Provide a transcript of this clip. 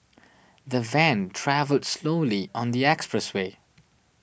the van travelled slowly on the expressway